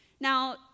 Now